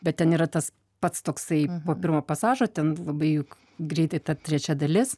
bet ten yra tas pats toksai po pirmo pasažo ten labai juk greitai ta trečia dalis